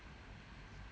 mm